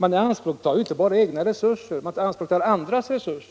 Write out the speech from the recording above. Man ianspråktar ju inte bara egna resurser utan även alla andras för